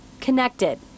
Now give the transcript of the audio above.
connected